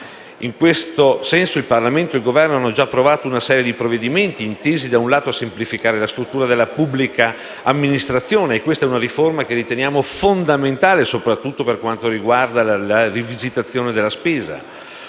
In questo senso, il Parlamento e il Governo hanno già approvato una serie di provvedimenti intesi, tra l'altro, a semplificare la struttura della pubblica amministrazione. Questa è una riforma che riteniamo fondamentale, soprattutto per quanto riguarda la rivisitazione della spesa.